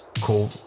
cool